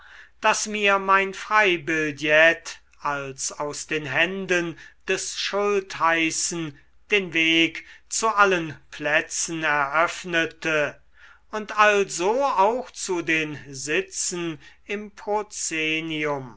daß mir mein freibillett als aus den händen des schultheißen den weg zu allen plätzen eröffnete und also auch zu den sitzen im